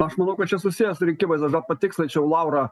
aš manau kad čia susiję su rinkimais bet gal patikslinčiau laurą